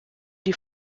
die